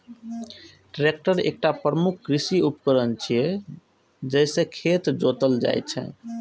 tractor एकटा प्रमुख कृषि उपकरण छियै, जइसे खेत जोतल जाइ छै